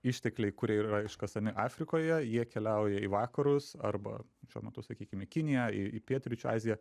ištekliai kurie yra iškasami afrikoje jie keliauja į vakarus arba šiuo metu sakykim į kiniją į į pietryčių aziją